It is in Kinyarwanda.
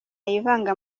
yivanga